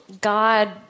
God